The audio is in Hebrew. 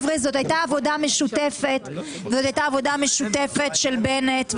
זאת הייתה עבודה משותפת של בנט,